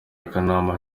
akanama